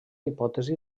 hipòtesi